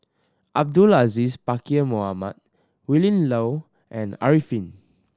Abdul Aziz Pakkeer Mohamed Willin Low and Arifin